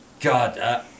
God